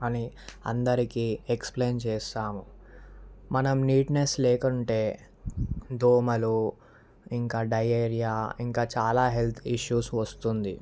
అని అందరికీ ఎక్స్ప్లేన్ చేస్తాము మనం నీట్నెస్ లేకుంటే దోమలు ఇంకా డయేరియా ఇంకా చాలా హెల్త్ ఇష్యూస్ వస్తుంది